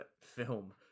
film